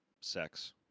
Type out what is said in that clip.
sex